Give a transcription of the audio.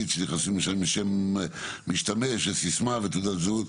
שנכנסים עם שם משתמש וסיסמה ותעודת זהות?